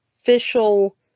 official